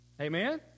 Amen